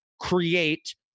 create